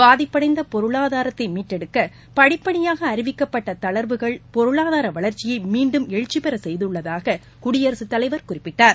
பாதிப்படைந்த பொருளாதாரத்தை மீட்டெடுக்க படிப்படியாக அறிவிக்கப்பட்ட தளர்வுகள் பொருளாதார வளர்ச்சியை மீண்டும் எழுச்சி பெற செய்துள்ளதாக குடியரசுத் தலைவர் குறிப்பிட்டார்